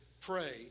pray